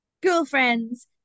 girlfriends